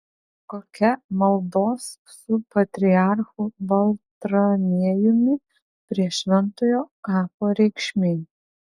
kokia maldos su patriarchu baltramiejumi prie šventojo kapo reikšmė